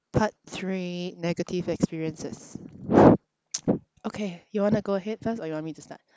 part three negative experiences okay you want to go ahead first or you want me to start